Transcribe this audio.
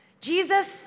Jesus